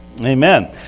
Amen